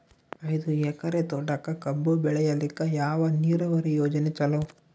ಐದು ಎಕರೆ ತೋಟಕ ಕಬ್ಬು ಬೆಳೆಯಲಿಕ ಯಾವ ನೀರಾವರಿ ಯೋಜನೆ ಚಲೋ?